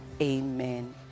amen